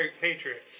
Patriots